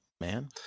man